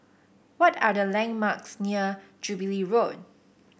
what are the landmarks near Jubilee Road